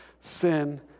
Sin